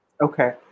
Okay